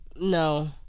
No